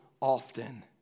often